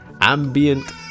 ambient